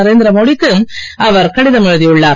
நரேந்திரமோடி க்கு அவர் கடிதம் எழுதியுள்ளார்